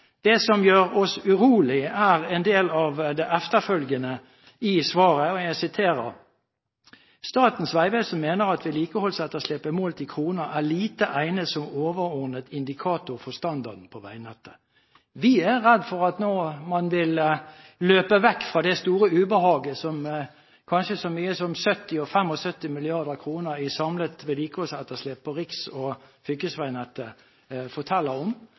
Det som gjør oss urolige, er en del av det etterfølgende i svaret, og jeg siterer: «Statens vegvesen mener at vedlikeholdsetterslepet målt i kroner er lite egnet som overordnet indikator for standarden på vegnettet.» Vi er redd for at man nå vil løpe vekk fra det store ubehaget som kanskje så mye som 70–75 mrd. kr i samlet vedlikeholdsetterslep på riksveinettet og fylkesveinettet forteller om,